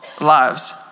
lives